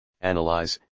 analyze